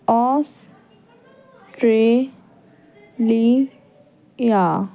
Australia